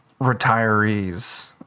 retirees